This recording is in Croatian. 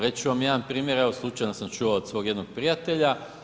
Reći ću vam jedan primjer, evo slučajno sam čuo od svog jednog prijatelja.